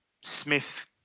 Smith